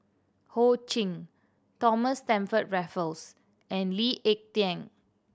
Ho Ching Thomas Stamford Raffles and Lee Ek Tieng